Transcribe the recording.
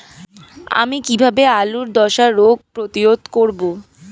আমি কিভাবে আলুর ধ্বসা রোগ প্রতিরোধ করব?